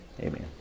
Amen